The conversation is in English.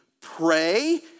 pray